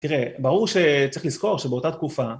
תראה, ברור שצריך לזכור שבאותה תקופה...